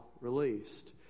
released